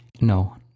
No